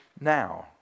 now